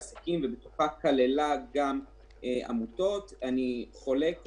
אתם קונים עכשיו מכונות הנשמה למי שהולך למות,